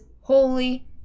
holy